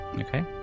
Okay